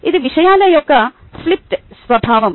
ఇది విషయాల యొక్క ఫ్లిప్డ్ స్వభావం